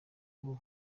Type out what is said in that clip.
vuba